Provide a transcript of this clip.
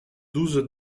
douze